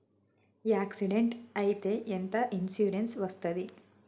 Accident అయితే ఎంత insurance వస్తది?